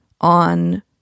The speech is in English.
on